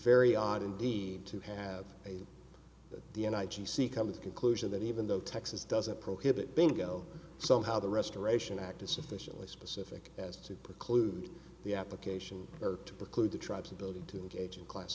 very odd indeed to have a d n i g c come to the conclusion that even though texas doesn't prohibit bingo somehow the restoration act is sufficiently specific as to preclude the application or to preclude the tribes ability to engage in class